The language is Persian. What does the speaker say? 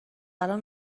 الان